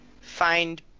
find